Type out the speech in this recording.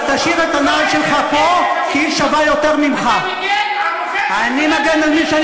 אני לא מתבייש, אני גאה במה שאני